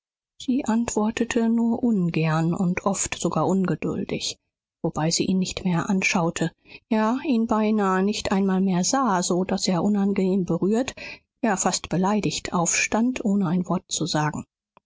sie antwortete nur ungern und oft sogar ungeduldig wobei sie ihn nicht mehr anschaute ja ihn beinahe nicht einmal mehr sah so daß er unangenehm berührt ja fast beleidigt aufstand ohne eine wort zu sagen